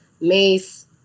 Mace